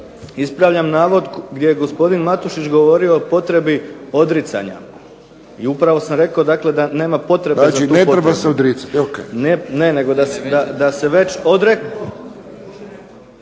Ispravljam navod gdje je gospodin Matušić govorio o potrebi odricanja. I upravo sam rekao da nema potrebe da ... /Govornici govore u isti glas, ne razumije se./